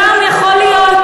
את מתכוונת לעמותות